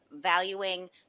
valuing